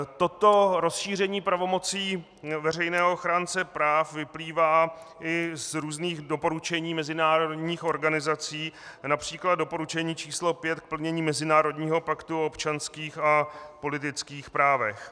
Toto rozšíření pravomocí veřejného ochránce práv vyplývá i z různých doporučení mezinárodních organizací, např. doporučení číslo 5 k plnění Mezinárodního paktu o občanských a politických právech.